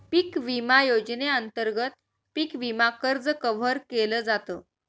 पिक विमा योजनेअंतर्गत पिक विमा कर्ज कव्हर केल जात